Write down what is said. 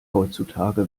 heutzutage